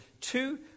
two